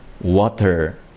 water